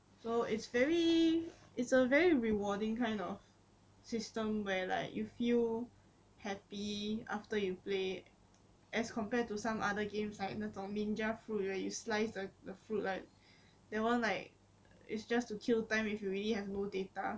so it's very it's a very rewarding kind of system where like you feel happy after you play as compared to some other games like 那种 ninja fruit you where you slice the the fruit like that one like it's just to kill time if you already have no data